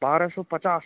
बारह सौ पचास